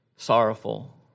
sorrowful